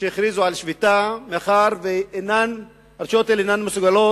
שהכריזו על שביתה מאחר שאינן מסוגלות